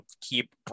keep